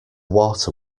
water